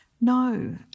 No